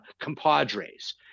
compadres